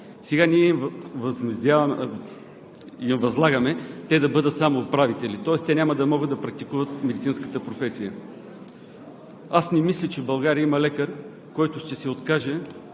Сега ние им възлагаме те да бъдат само управители, тоест те няма да могат да практикуват медицинската професия. Аз не мисля, че в България има лекар, който ще се откаже